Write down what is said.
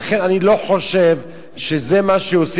לכן אני לא חושב שזה מה שיוסיף,